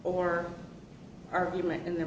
or argument in the